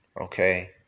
Okay